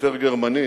שוטר גרמני